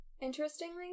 Interestingly